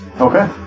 Okay